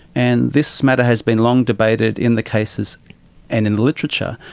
and this matter has been long debated in the cases and in literature,